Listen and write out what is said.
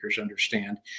understand